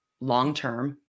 long-term